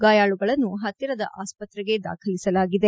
ಗಾಯಾಳುಗಳನ್ನು ಹತ್ತಿರದ ಆಸ್ವತ್ರೆಗೆ ದಾಖಲಿಸಲಾಗಿದೆ